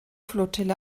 flottille